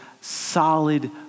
solid